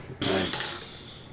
Nice